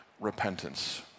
repentance